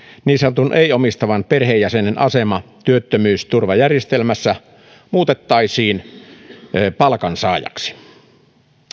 niin sanotun ei omistavan perheenjäsenen asema työttömyysturvajärjestelmässä muutettaisiin palkansaajaksi